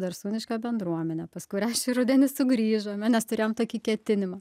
darsūniškio bendruomene pas kurią šį rudenį sugrįžome nes turėjom tokį ketinimą